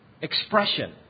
expression